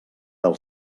del